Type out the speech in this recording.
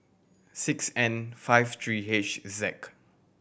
six N five three H Z